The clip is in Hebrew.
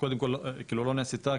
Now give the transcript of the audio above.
לא נעשתה,